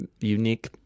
unique